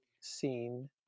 seen